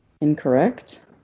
incorrect